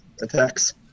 attacks